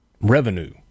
revenue